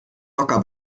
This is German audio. locker